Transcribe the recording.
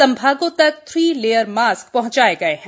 संभागों तक three layer mask पहँचाए गए हैं